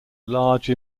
large